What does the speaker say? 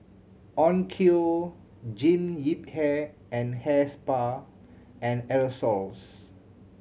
Onkyo Jean Yip Hair and Hair Spa and Aerosoles